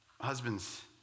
Husbands